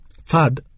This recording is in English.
Third